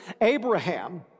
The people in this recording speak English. Abraham